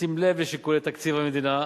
בשים לב לשיקולי תקציב המדינה,